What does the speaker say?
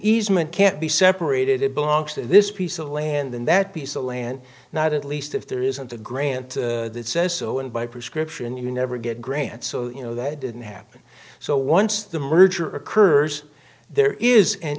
easement can't be separated it belongs to this piece of land in that piece of land not at least if there isn't a grant that says so and by prescription and you never get grant so you know that didn't happen so once the merger occurs there is an